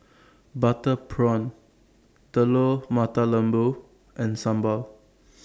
Butter Prawn Telur Mata Lembu and Sambal